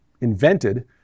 invented